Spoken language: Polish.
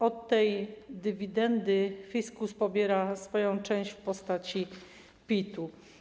Od tej dywidendy fiskus pobiera swoją część w postaci PIT-u.